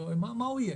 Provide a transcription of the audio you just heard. מה הוא יהיה?